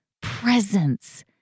presence